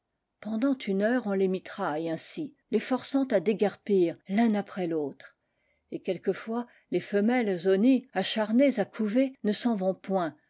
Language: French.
pendant une heure on les mitraille ainsi les forçant à déguerpir l'un après l'autre et quelquefois les femelles au nid acharnées à couver ne s'en vont point